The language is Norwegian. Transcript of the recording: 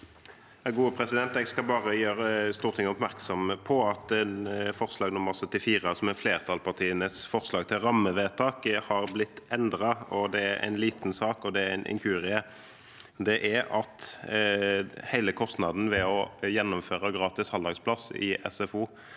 (A) Jeg skal bare gjøre Stortinget oppmerksom på at forslag nummer 74, som er flertallspartienes forslag til rammevedtak, har blitt endret. Det er en liten sak, og det er en inkurie. Det er at hele kostnaden ved å gjennomføre gratis halvdagsplass i SFO